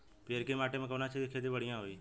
पियरकी माटी मे कउना चीज़ के खेती बढ़ियां होई?